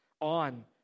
on